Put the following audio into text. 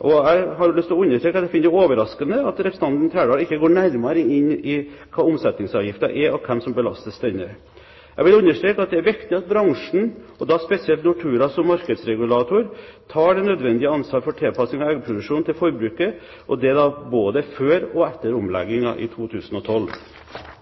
Jeg har lyst til å understreke at jeg også finner det overraskende at representanten Trældal ikke går nærmere inn i hva omsetningsavgiften er, og hvem som belastes denne. Jeg vil understreke at det er viktig at bransjen, og da spesielt Nortura som markedsregulator, tar det nødvendige ansvar for tilpasning av eggproduksjonen til forbruket, og det både før og etter omleggingen i 2012.